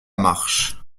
marche